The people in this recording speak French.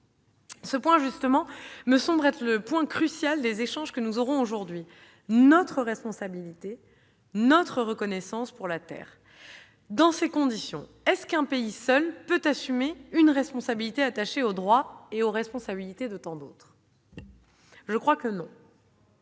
Ce point, justement, me semble être le point crucial des échanges que nous aurons aujourd'hui : la reconnaissance de notre responsabilité à l'égard de la Terre. Dans ces conditions, un pays peut-il assumer seul une responsabilité attachée aux droits et aux responsabilités de tant d'autres ? Je crois que non.